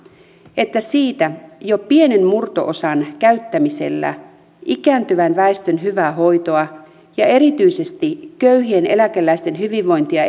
että siitä jo pienen murto osan käyttämisellä ikääntyvän väestön hyvää hoitoa ja erityisesti köyhien eläkeläisten hyvinvointia